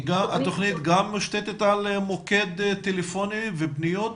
התוכנית מושתתת על מוקד טלפוני ופניות?